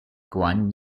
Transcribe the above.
guan